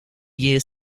years